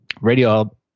Radio